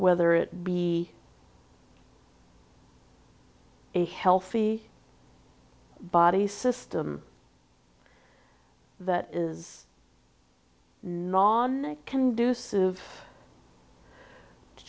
whether it be a healthy body system that is non conducive to